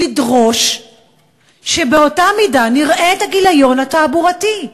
לדרוש שנראה את הגיליון התעבורתי,